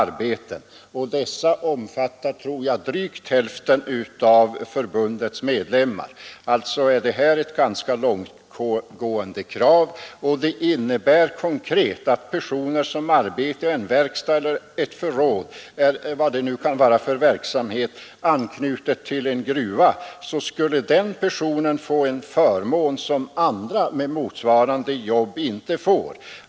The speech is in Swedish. Dessa arbetare är, tror jag, drygt hälften av förbundets medlemmar; alltså är det här ett ganska långtgående krav. Det innebär konkret att personer som arbetar i en verkstad eller ett förråd eller vad det kan vara för verksamhet, med anknytning till en gruva, skulle få en förmån som andra med motsvarande arbeten inte får.